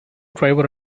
driver